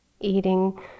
eating